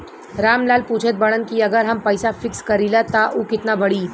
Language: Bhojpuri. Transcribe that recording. राम लाल पूछत बड़न की अगर हम पैसा फिक्स करीला त ऊ कितना बड़ी?